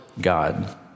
God